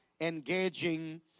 engaging